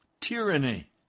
tyranny